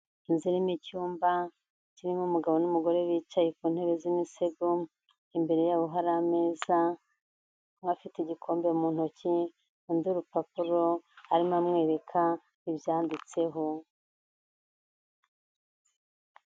Inzu rimo icyumba kirimo umugabo n'umugore bicaye ku ntebe z'imisego, imbere yabo hari ameza umwe afite igikombe mu ntoki undi urupapuro, arimo amwereka ibyanditseho.